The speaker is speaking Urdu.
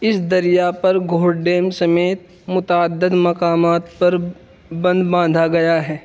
اس دریا پر گھوڑ ڈیم سمیت متعدد مقامات پر بند باندھا گیا ہے